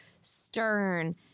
stern